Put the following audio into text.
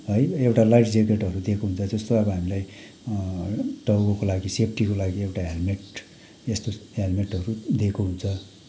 है एउटा लाइफ ज्याकेटहरू दिएको हुन्छ जस्तो अब हामीलाई टाउकोको लागि सेफ्टीको लागि एउटा हेल्मेट यस्तो हेल्मेटहरू दिएको हुन्छ